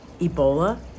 Ebola